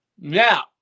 Now